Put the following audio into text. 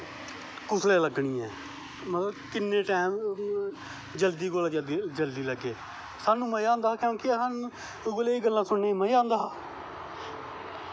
कुसलै लग्गनी ऐं मतलव किन्ने टैम जल्दी कोला दा जल्दी लग्गै स्हानू मज़ा आंदा हा क्योंकि स्हानू उ'ऐ जेहियां गल्लां सुननें गी मज़ा आंदा हा